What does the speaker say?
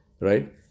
right